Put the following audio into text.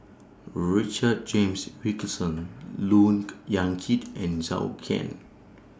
Richard James Wilkinson Look Yan Kit and Zhou Can